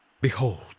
Behold